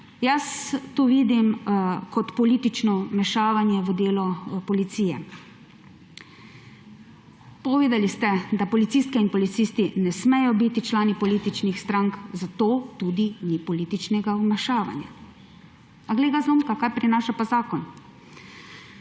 Jaz to vidim kot politično vmešavanje v delo policije. Povedali ste, da policistke in policisti ne smejo biti člani političnih strank, zato tudi ni političnega vmešavanja. A glej ga zlomka, kaj prinaša pa zakon.